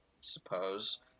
suppose